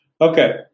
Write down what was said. okay